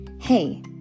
hey